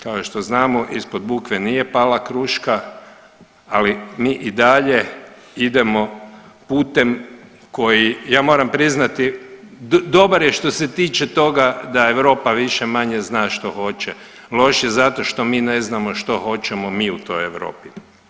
Kao i što znamo ispod bukve nije pala kruška, ali mi i dalje idemo putem koji, ja moram priznati dobar je što se tiče toga da Europa više-manje zna što hoće, loš je zato što mi ne znamo što hoćemo mi u toj Europi.